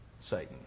Satan